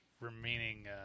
remaining